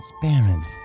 transparent